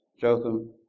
Jotham